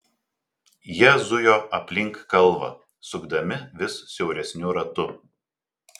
jie zujo aplink kalvą sukdami vis siauresniu ratu